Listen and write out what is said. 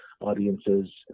audiences